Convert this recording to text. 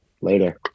later